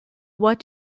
what